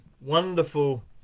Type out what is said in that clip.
wonderful